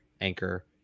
Anchor